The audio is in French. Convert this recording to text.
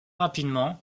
rapidement